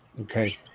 Okay